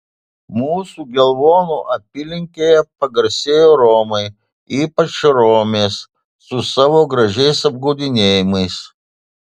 mūsų gelvonų apylinkėje pagarsėjo romai ypač romės su savo gražiais apgaudinėjimais